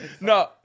no